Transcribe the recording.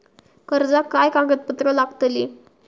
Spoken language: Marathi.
कर्जाक काय कागदपत्र लागतली?